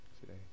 today